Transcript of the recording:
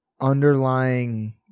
underlying